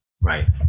right